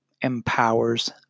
empowers